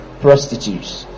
prostitutes